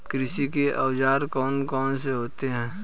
कृषि के औजार कौन कौन से होते हैं?